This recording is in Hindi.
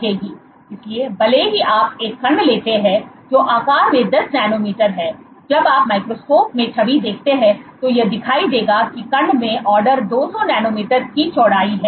इसलिए भले ही आप एक कण लेते हैं जो आकार में 10 नैनोमीटर है जब आप माइक्रोस्कोप में छवि देखते हैं तो यह दिखाई देगा कि कण में ऑर्डर 200 नैनोमीटर की चौड़ाई है